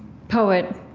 poet,